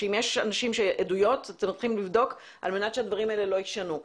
אם יש עדויות צריכים לבדוק על מנת שהדברים האלה לא יישנו.